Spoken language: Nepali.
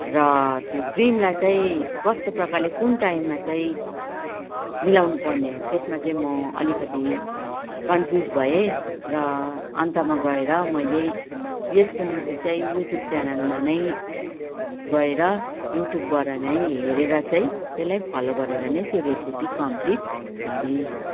र त्यो क्रिमलाई चाहिँ कस्तो प्रकारले कुन टाइममा चाहिँ मिलाउनु पर्ने हो त्यसमा चाहिँ म अलिकति कन्फ्युज भएँ र अन्तमा गएर मैले यसको निम्ति चाहिँ युट्युब च्यानलमा नै गएर युट्युबबाट नै हेरेर चाहिँ त्यसलाई फलो गरेर नै त्यो रेसेपी कमप्लिट गरेँ